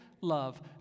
love